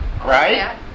right